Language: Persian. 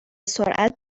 سرعت